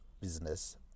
business